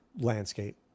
landscape